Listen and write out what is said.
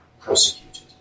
prosecuted